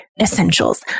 essentials